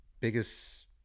biggest